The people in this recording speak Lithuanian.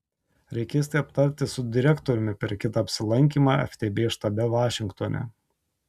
reikės tai aptarti su direktoriumi per kitą apsilankymą ftb štabe vašingtone